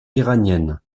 iranienne